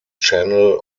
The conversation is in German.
channel